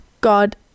God